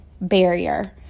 barrier